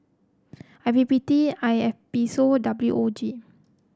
I P P T I A P O S W O G